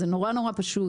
זה נורא פשוט.